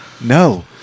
No